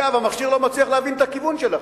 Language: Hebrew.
אגב, המכשיר לא מצליח להבין את הכיוון שלכם.